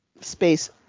space